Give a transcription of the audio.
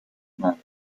map